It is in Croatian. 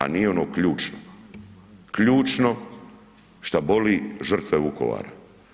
A nije ono ključno, ključno što boli žrtve Vukovara.